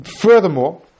Furthermore